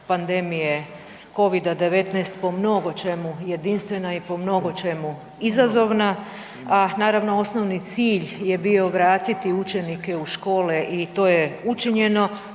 pandemije Covida-19 po mnogo čemu jedinstvena i po mnogo čemu izazovna, a naravno osnovni cilj je bio vratiti učenike u škole i to je učinjeno,